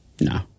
No